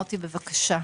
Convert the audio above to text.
מוטי, בבקשה.